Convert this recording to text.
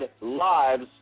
Lives